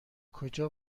کجا